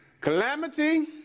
calamity